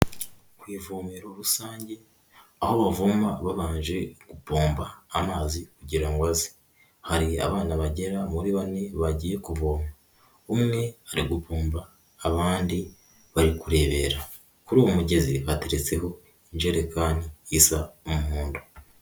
Ku ivomero rusange, aho bavoma babanje gupomba, amazi kugira ngo aze. Hari abana bagera muri bane bagiye kuvoma. Umwe ari gupomba, abandi bari kurebera. Kuri uwo mugezi bateretseho ijerekani isa umuhondo.